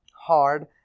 hard